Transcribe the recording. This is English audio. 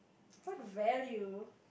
what value